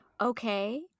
okay